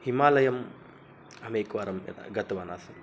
हिमालयम् अहमेकवारं गतवान् गतवान् आसं